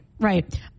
Right